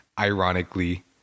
Ironically